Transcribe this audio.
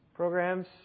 programs